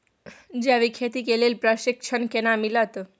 जैविक खेती के लेल प्रशिक्षण केना मिलत?